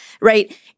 right